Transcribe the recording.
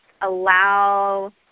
allow